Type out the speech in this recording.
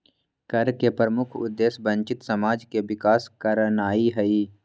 कर के प्रमुख उद्देश्य वंचित समाज के विकास करनाइ हइ